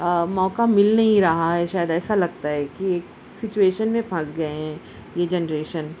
موقع مل نہیں رہا ہے شاید ایسا لگتا ہے کہ سچویشن میں پھنس گئے ہیں یہ جنریشن